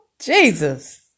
Jesus